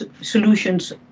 Solutions